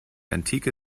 antike